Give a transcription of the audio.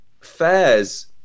fairs